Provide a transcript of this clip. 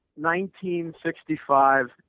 1965